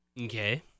okay